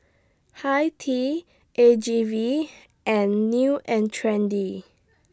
Hi Tea A G V and New and Trendy